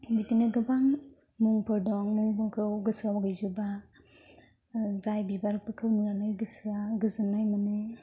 बिदिनो गोबां मुंफोर दं मुंफोरखौ गोसोआव गैजोबा जाय बिबारफोरखौ नुनानै गोसोआ गोजोन्नाय मोनो